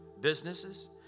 businesses